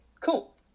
cool